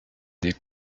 des